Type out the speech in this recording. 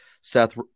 Seth